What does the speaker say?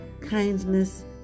kindness